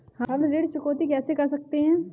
हम ऋण चुकौती कैसे कर सकते हैं?